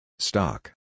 Stock